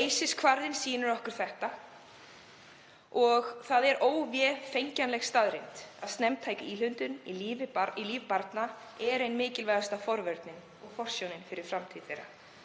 ESAS-kvarðinn sýnir okkur þetta. Það er óvefengjanleg staðreynd að snemmtæk íhlutun í líf barna er ein mikilvægasta forvörnin og forsjónin fyrir framtíð þeirra,